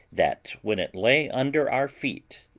that, when it lay under our feet,